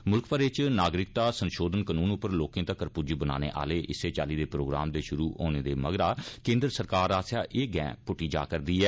मुल्ख भरै इच नागरिकता संषोधन कानून पर लोकें तक्कर पुज्ज बनाने आहले इस्सै चाल्ली दे प्रोग्राम दे षुरू होने दे मगरा केन्द्र सरकार आस्सैआ एह गैह पुटटी जा रदी ऐ